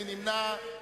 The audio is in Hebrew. מי נמנע?